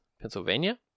Pennsylvania